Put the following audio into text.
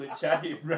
Shaggy